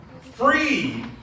free